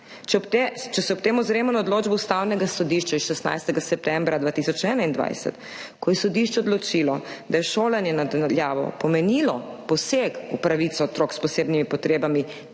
Če se ob tem ozremo na odločbo Ustavnega sodišča s 16. septembra 2021, ko je sodišče odločilo, da je šolanje na daljavo pomenilo poseg v pravico otrok s posebnimi potrebami